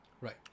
Right